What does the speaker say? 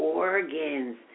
organs